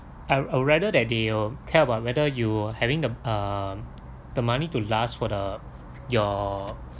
I'll rather that they'll tell about whether you having the um the money to last for the your